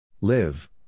Live